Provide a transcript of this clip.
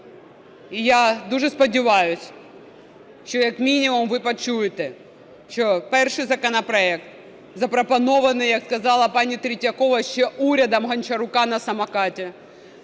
І я дуже сподіваюся, що як мінімум ви почуєте, що перший законопроект, запропонований, як сказала пані Третьякова, ще урядом Гончарука на самокаті,